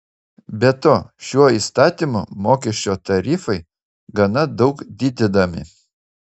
be to šiuo įstatymu mokesčio tarifai gana daug didinami